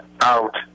out